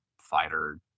fighter